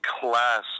class